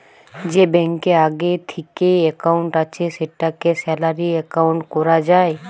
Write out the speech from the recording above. যে ব্যাংকে আগে থিকেই একাউন্ট আছে সেটাকে স্যালারি একাউন্ট কোরা যায়